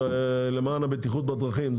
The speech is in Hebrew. זה למען הבטיחות בדרכים.